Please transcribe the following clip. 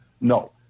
no